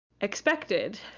expected